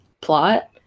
plot